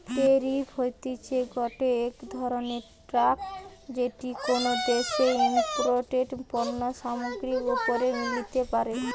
tariff হতিছে গটে ধরণের ট্যাক্স যেটি কোনো দ্যাশে ইমপোর্টেড পণ্য সামগ্রীর ওপরে লিতে পারে